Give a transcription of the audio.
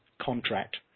contract